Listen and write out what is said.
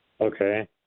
Okay